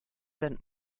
send